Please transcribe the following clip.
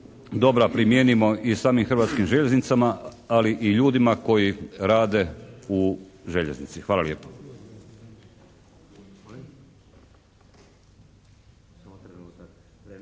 dobra primijenimo i samim Hrvatskim željeznicama, ali i ljudima koji rade u željeznici. Hvala lijepo.